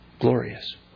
glorious